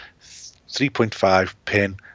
3.5-pin